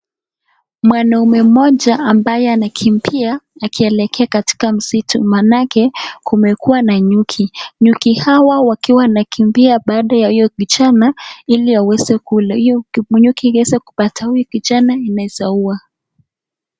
Mwanaume mmoja ambaye anakimbia akielekea katika msitu maanake kumekuwa na nyuki. Nyuki hawa wakiwa wanakimbia baada hiyo vijana ili aweze kula, hiyo nyuki iweze kupata huyu kijana inaweza ua.